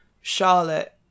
charlotte